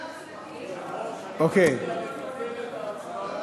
אדוני היושב-ראש, אני מציע לבטל את ההצבעה,